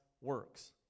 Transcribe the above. works